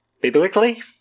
Biblically